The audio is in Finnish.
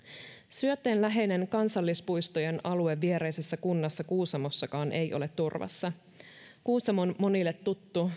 syötteen läheinen kansallispuistojen alue viereisessä kunnassakaan kuusamossa ei ole turvassa kuusamo on monille tuttu